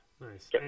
Nice